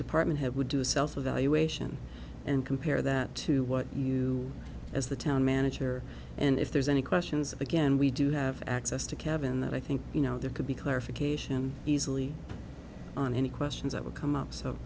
department head would do a self evaluation and compare that to what you as the town manager and if there's any questions again we do have access to kevin that i think you know there could be clarification easily on any questions that will come up so